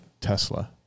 Tesla